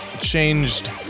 changed